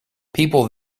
people